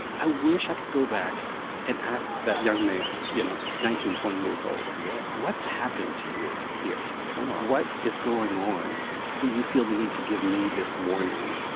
i wish i could go back and ask that young man, you know, nineteen, twenty years old. yeah. what's happened to you here? come on what is going on that you feel the need to give me this warning?